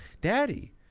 Daddy